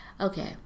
Okay